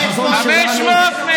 500 מתים.